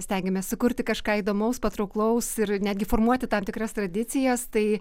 stengiamės sukurti kažką įdomaus patrauklaus ir netgi formuoti tam tikras tradicijas tai